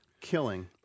killing